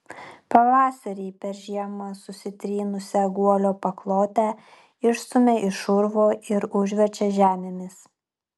pavasarį per žiemą susitrynusią guolio paklotę išstumia iš urvo ir užverčia žemėmis